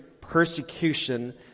persecution